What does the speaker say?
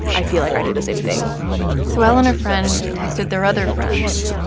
i feel like i do the same thing so l and her friend texted their other friends,